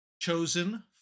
Chosen